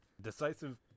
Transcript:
decisive